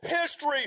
history